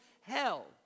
hell